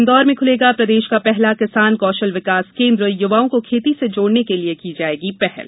इन्दौर में खुलेगा प्रदेश का पहला किसान कौशल विकास केन्द्र युवाओं को खेती से जोड़ने के लिए की जायेगी पहल